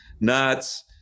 nuts